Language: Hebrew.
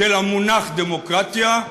של המונח "דמוקרטיה"